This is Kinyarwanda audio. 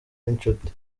n’inshuti